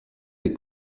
des